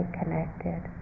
connected